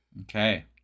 Okay